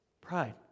Pride